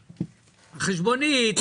החשבונית,